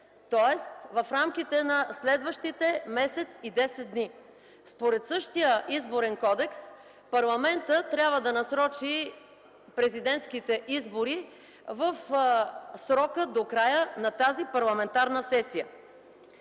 Тоест, в рамките на следващите месец и десет дни. Според същият Изборен кодекс, парламентът трябва да насрочи президентските избори в срока до края на тази парламентарна сесия.